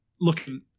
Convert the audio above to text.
looking